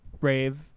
Brave